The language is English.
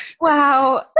Wow